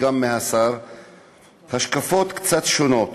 וגם מהשר השקפות קצת שונות.